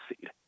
seed